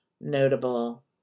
notable